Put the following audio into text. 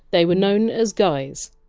they were known as guys.